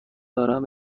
دارم